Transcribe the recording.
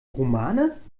romanes